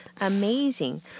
Amazing